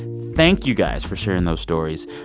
thank you, guys, for sharing those stories.